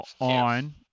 on